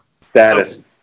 Status